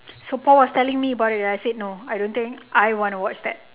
so paul was telling me about it I said no I don't think I want to watch that